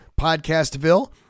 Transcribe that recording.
Podcastville